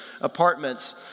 apartments